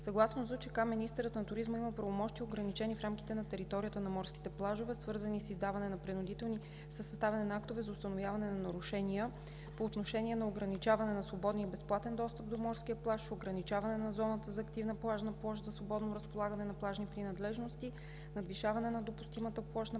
крайбрежие министърът на туризма има правомощия, ограничени в рамките на територията на морските плажове, свързани със съставяне на актове за установяване на нарушения по отношения на ограничаване на свободния и безплатен достъп до морския плаж, ограничаване на зоната за активна плажна площ за свободно разполагане на плажни принадлежности, надвишаване на допустимата площ на